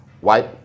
white